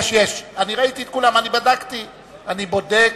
אני בודק.